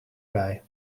bij